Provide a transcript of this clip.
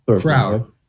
crowd